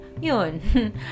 Yun